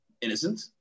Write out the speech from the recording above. innocent